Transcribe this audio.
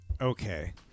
Okay